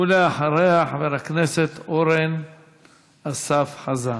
ואחריה חבר הכנסת אורן אסף חזן.